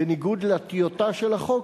בניגוד לטיוטה של החוק,